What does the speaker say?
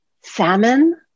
salmon